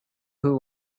who